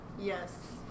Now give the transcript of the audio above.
Yes